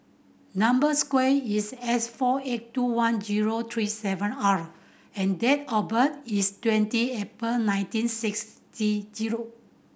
number square is S four eight two one zero three seven R and date of birth is twenty April nineteen sixty zero